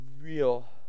real